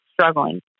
struggling